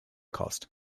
cost